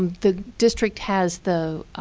the district has the